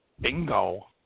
Bingo